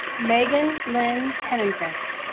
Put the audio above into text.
meagan lyn hennenfent